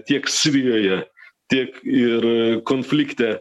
tiek sirijoje tiek ir konflikte